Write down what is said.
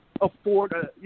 afford